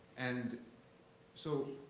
and so,